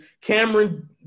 Cameron